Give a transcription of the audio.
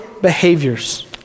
behaviors